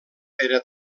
era